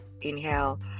Inhale